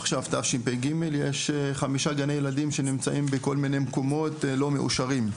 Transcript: עכשיו תשפ"ג יש חמישה גני ילדים שנמצאים בכל מיני מקומות לא מאושרים.